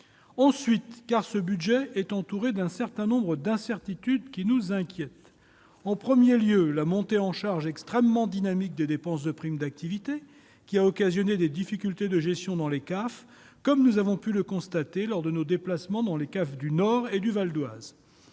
Ensuite, ce budget est entouré d'un certain nombre d'incertitudes, qui nous inquiètent. En premier lieu, la montée en charge extrêmement dynamique des dépenses de prime d'activité qui a occasionné des difficultés de gestion dans les caisses d'allocations familiales (CAF), comme nous avons pu le constater lors de nos déplacements dans les CAF du Nord et du Val-d'Oise.